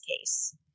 case